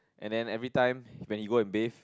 and then every time when you go and base